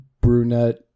Brunette